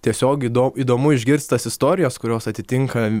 tiesiog įdo įdomu išgirst tas istorijas kurios atitinka